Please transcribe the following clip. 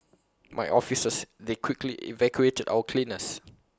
my officers they quickly evacuated our cleaners